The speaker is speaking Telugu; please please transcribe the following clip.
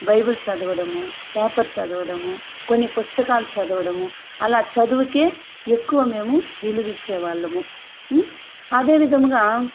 బైబిల్ చదవడము పేపర్ చదవడము కొన్ని పుస్తకాలు చదవడము అలా చదువుకే ఎక్కువ మేము విలువ ఇచ్చే వాళ్ళము అదే విధముగా